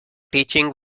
teaching